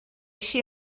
així